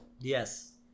Yes